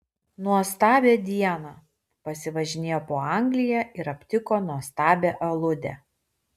nuostabią dieną pasivažinėjo po angliją ir aptiko nuostabią aludę